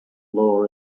law